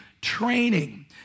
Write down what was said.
training